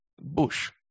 bush